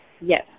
Yes